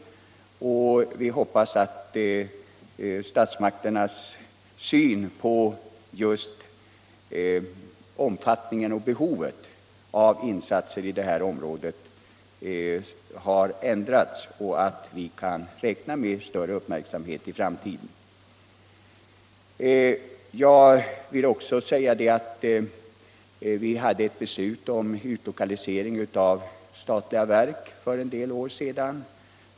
Vi hoppas att statsmakternas syn på just omfattningen och behovet av insatser i det här området har ändrats och att vi kan räkna med större uppmärksamhet i framtiden. Jag vill också säga att det för en del år sedan fattades ett beslut om utlokalisering av statliga verk.